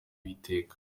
uwiteka